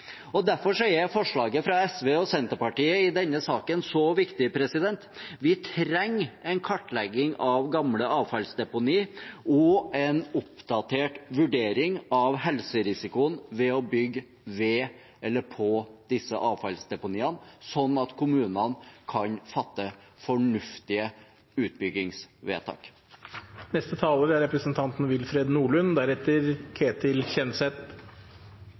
Derfor er forslaget fra SV og Senterpartiet i denne saken så viktig. Vi trenger en kartlegging av gamle avfallsdeponier og en oppdatert vurdering av helserisikoen ved å bygge ved eller på disse avfallsdeponiene, slik at kommunene kan fatte fornuftige